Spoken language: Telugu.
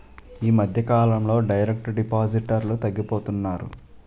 ఈ మధ్యకాలంలో డైరెక్ట్ డిపాజిటర్లు తగ్గిపోతున్నారు